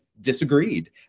disagreed